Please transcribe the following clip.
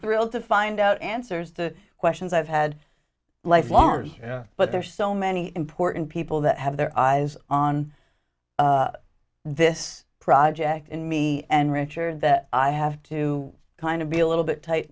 thrilled to find out answers the questions i've had life long hours but there are so many important people that have their eyes on this project in me and richard that i have to kind of be a little bit tight